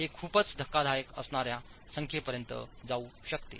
हे खूपच धक्कादायक असणाऱ्या संख्येपर्यंत जाऊ शकते